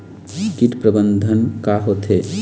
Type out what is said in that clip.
कीट प्रबंधन का होथे?